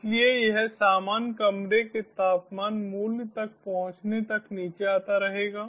इसलिए यह सामान्य कमरे के तापमान मूल्य तक पहुंचने तक नीचे आता रहेगा